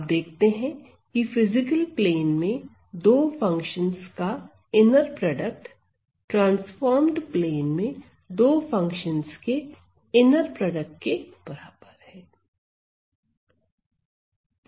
आप देखते हैं की फिजिकल प्लेन में दो फंक्शंस का इनर प्रोडक्ट ट्रांसफॉर्म्ड प्लेन में दो फंक्शन के इनर प्रोडक्ट के बराबर है